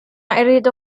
أريد